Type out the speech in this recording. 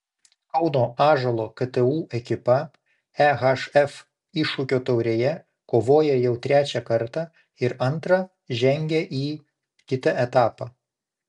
kauno ąžuolo ktu ekipa ehf iššūkio taurėje kovoja jau trečią kartą ir antrą žengė į kitą etapą